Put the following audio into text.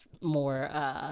more –